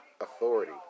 Authority